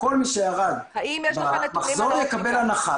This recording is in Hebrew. וכל מי שירד במחזור יקבל הנחה.